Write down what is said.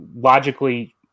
logically